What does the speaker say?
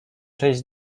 część